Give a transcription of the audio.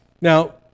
Now